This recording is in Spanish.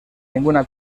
ninguna